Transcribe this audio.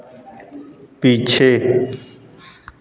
पीछे